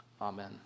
Amen